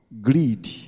greed